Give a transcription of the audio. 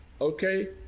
okay